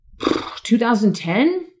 2010